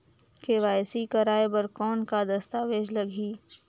KYC कराय बर कौन का दस्तावेज लगही?